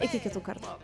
iki kitų kartų